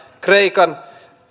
kreikan